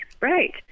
Right